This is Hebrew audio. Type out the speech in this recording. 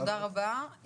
תודה רבה.